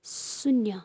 शून्य